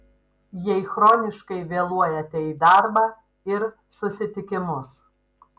jei chroniškai vėluojate į darbą ir susitikimus